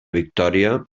victòria